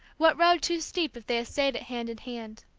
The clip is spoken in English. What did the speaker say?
what road too steep if they essayed it hand in hand?